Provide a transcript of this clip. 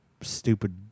Stupid